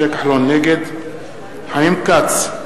נגד חיים כץ,